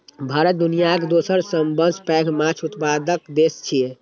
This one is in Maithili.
भारत दुनियाक दोसर सबसं पैघ माछ उत्पादक देश छियै